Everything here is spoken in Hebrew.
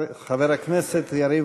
מעוניין,